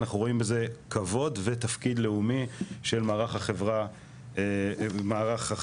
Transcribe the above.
אנחנו רואים בזה כבוד ותפקיד לאומי של מערך החברה הישראלית.